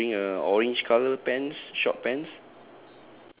and he's wearing a orange colour pants short pants